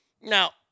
Now